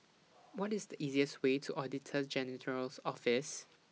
What IS The easiest Way to Auditor General's Office